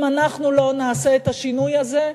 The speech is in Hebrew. אם אנחנו לא נעשה את השינוי הזה,